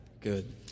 Good